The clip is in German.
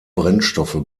brennstoffe